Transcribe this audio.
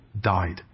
died